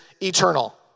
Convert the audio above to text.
eternal